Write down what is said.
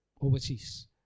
overseas